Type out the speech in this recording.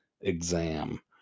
exam